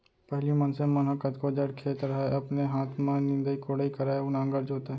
पहिली मनसे मन ह कतको जड़ खेत रहय अपने हाथ में निंदई कोड़ई करय अउ नांगर जोतय